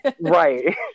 Right